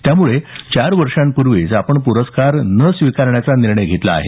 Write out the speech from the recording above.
त्यामुळे चार वर्षापूर्वीच आपण प्रस्कार न स्वीकारण्याचा निर्णय घेतला आहे